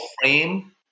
frame